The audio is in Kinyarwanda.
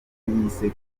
yise